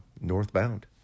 northbound